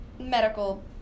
medical